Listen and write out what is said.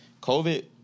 covid